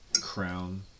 Crown